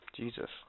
Jesus